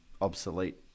obsolete